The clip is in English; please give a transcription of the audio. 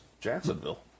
Jacksonville